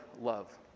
love